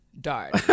Dart